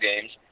games